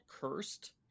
cursed